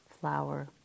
flower